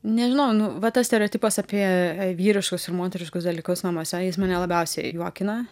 nežinau nu va tas stereotipas apie vyriškus ir moteriškus dalykus namuose jis mane labiausiai juokina